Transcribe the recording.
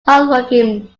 hardworking